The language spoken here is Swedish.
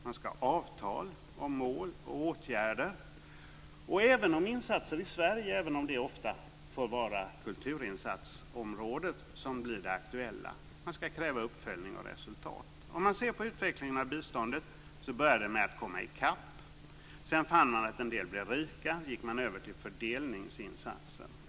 Man ska ha avtal om mål och åtgärder. När det gäller Sveriges insatser, även om det ofta är insatser på kulturområdet som blir aktuella, ska vi kräva uppföljning och resultat. Om man ser på utvecklingen av biståndet fann man att det började att komma ikapp. Sedan fann man att en del blev rika. Då gick man över till fördelningsinsatsen.